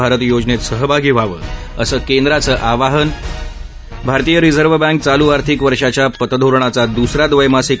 भारत योजनेत सहभागी व्हावं असं केंद्राचं आवाहन भारतीय रिझर्व्ह बँक चालू आर्थिक वर्षाच्या पतधोरणाचा द्सरा द्वैमासिक